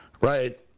Right